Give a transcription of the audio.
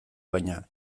baina